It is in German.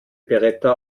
beretta